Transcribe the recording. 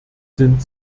sind